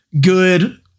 good